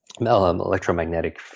electromagnetic